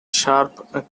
sharp